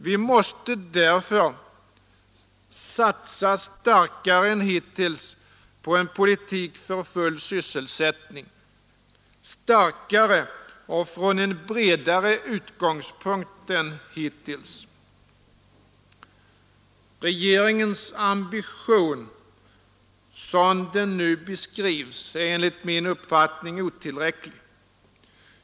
Vi måste därför satsa på en politik för full sysselsättning — starkare och från en bredare utgångspunkt än hittills. Regeringens ambition som den nu beskrivs är enligt min uppfattning otillräcklig.